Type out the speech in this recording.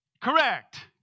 correct